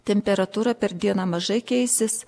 temperatūra per dieną mažai keisis